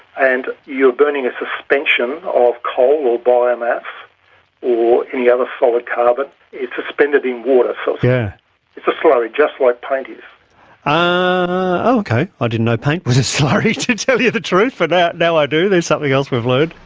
and you're burning a suspension of coal or biomass or any other solid carbon, and it's suspended in water, so yeah it's a slurry, just like paint is. oh okay, i didn't know paint was a slurry to tell you the truth, but now now i do, there's something else we've learned.